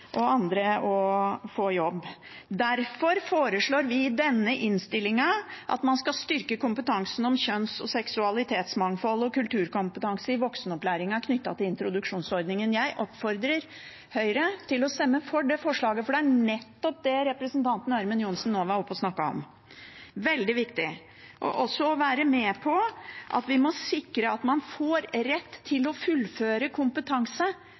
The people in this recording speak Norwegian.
og andre å få jobb. Derfor foreslår vi også i denne innstillingen at man skal styrke kompetansen om kjønns- og seksualitetsmangfold og kulturkompetanse i voksenopplæringen knyttet til introduksjonsordningen. Jeg oppfordrer Høyre til å stemme for det forslaget, for det er nettopp det representanten Ørmen Johnsen nå var oppe og snakket om. Det er veldig viktig – også å være med på å sikre at man får rett til å fullføre kompetanse,